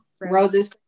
roses